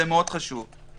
זה חשוב מאוד.